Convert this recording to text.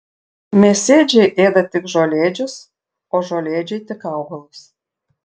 mėsėdžiai ėda tik žolėdžius o žolėdžiai tik augalus